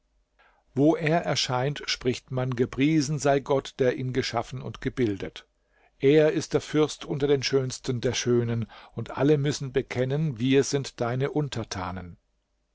wo er erscheint spricht man gepriesen sei gott der ihn geschaffen und gebildet er ist der fürst unter den schönsten der schönen und alle müssen bekennen wir sind deine untertanen